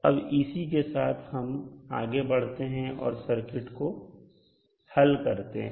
अब इसी के साथ हम आगे बढ़ते हैं और सर्किट को हल करते हैं